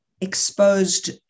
exposed